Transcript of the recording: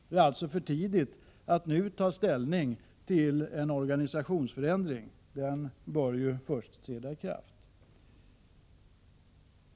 Det är alltså för tidigt att nu ta ställning till en organisationsförändring. Den bör ju först träda i kraft.